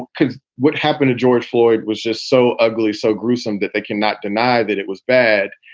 kind of what happened to george floyd was just so ugly, so gruesome that they cannot deny that it was bad.